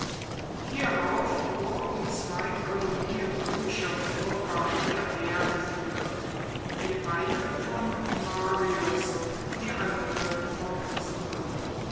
hierauf wurden zwei kolonien römischer bürger hierher geführt die eine vom marius die andre vom sulla